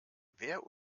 wer